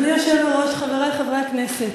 אדוני היושב-ראש, חברי חברי הכנסת,